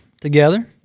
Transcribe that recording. together